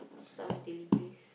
some deliveries